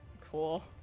cool